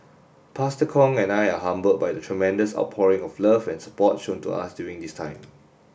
Pastor Kong and I are humbled by the tremendous outpouring of love and support shown to us during this time